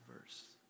verse